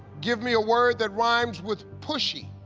give me a word that rhymes with pushy.